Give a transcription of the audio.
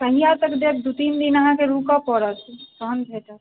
कहिआ तक देब दू तीन दिन अहाँके रुकऽ पड़त तखन भेटत